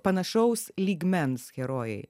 panašaus lygmens herojai